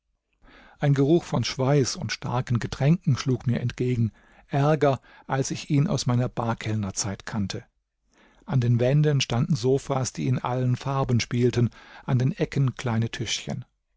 ein geruch von schweiß und starken getränken schlug mir entgegen ärger als ich ihn aus meiner barkellnerzeit kannte an den wänden standen sofas die in allen farben spielten an den ecken kleine tischchen